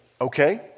okay